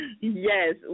Yes